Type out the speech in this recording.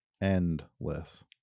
Endless